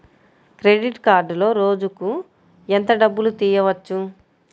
Credit కార్డులో రోజుకు ఎంత డబ్బులు తీయవచ్చు?